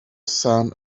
sand